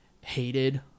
Hated